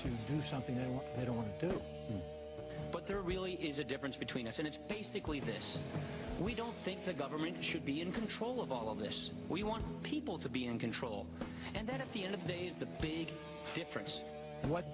to do something that they don't want to do but there really is a difference between us and it's basically this we don't think the government should be in control of all of this we want people to be in control and that at the end of days the big difference what